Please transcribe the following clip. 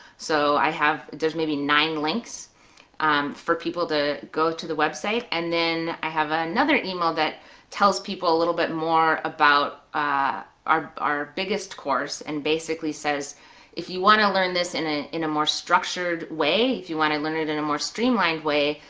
so i have, there's maybe nine links for people to go to the website. and then i have another email that tells people a little bit more about our our biggest course, and basically says if you wanna learn this in ah in a more structured way, if you wanna learn it in a more streamlined way,